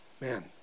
man